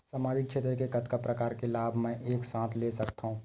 सामाजिक क्षेत्र के कतका प्रकार के लाभ मै एक साथ ले सकथव?